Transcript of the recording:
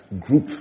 Group